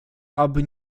aby